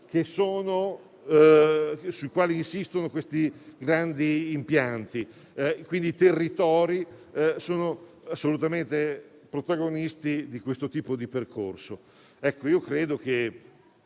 sulle quali insistono questi grandi impianti. I territori sono assolutamente protagonisti in questo tipo di percorso. Se questo ordine